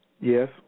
Yes